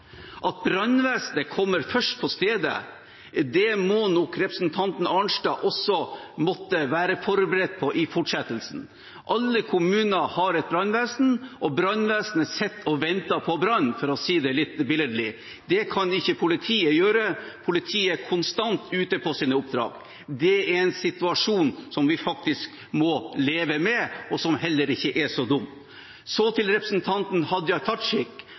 at det at brannvesenet kommer først på stedet, må nok representanten Arnstad også måtte være forberedt på i fortsettelsen. Alle kommuner har et brannvesen, og brannvesenet sitter og venter på brann, for å si det litt billedlig. Det kan ikke politiet gjøre. Politiet er konstant ute på sine oppdrag. Det er en situasjon som vi faktisk må leve med, og som heller ikke er så dum. Til representanten Hadia Tajik,